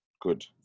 Good